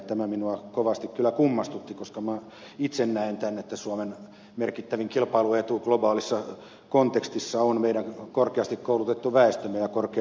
tämä minua kovasti kyllä kummastutti koska itse näen että suomen merkittävin kilpailuetu globaalissa kontekstissa on meidän korkeasti koulutettu väestömme ja korkea osaamistasomme